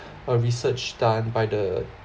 a research done by the